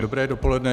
Dobré dopoledne.